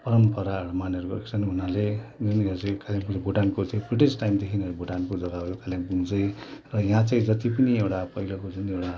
परम्पराहरू मानेर गरेका छन् उनीहरूले चाहिँ कालिम्पोङ भुटानको चाहिँ ब्रिटिस टाइमदेखि नै भुटानको जगा हो यो कालिम्पोङ चाहिँ र यहाँ चाहिँ जति पनि एउटा पहिलाको जुन एउटा